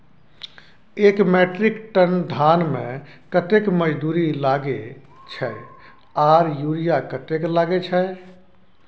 एक metric ton धान में कतेक मजदूरी लागे छै आर यूरिया कतेक लागे छै?